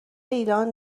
ایران